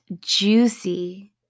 juicy